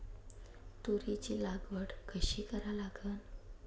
तुरीची लागवड कशी करा लागन?